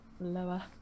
Lower